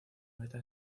meta